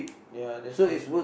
ya that's true